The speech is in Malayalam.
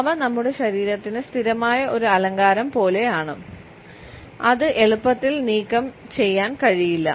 അവ നമ്മുടെ ശരീരത്തിന് സ്ഥിരമായ ഒരു അലങ്കാരം പോലെയാണ് അത് എളുപ്പത്തിൽ നീക്കംചെയ്യാൻ കഴിയില്ല